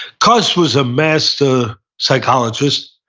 cus was a master psychologist,